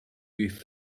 these